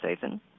season